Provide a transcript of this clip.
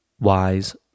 wise